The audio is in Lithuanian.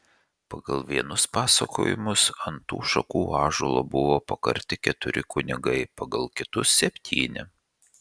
pagal vienus pasakojimus ant tų šakų ąžuolo buvo pakarti keturi kunigai pagal kitus septyni